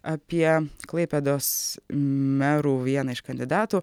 apie klaipėdos merų vieną iš kandidatų